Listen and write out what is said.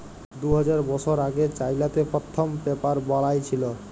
দু হাজার বসর আগে চাইলাতে পথ্থম পেপার বালাঁই ছিল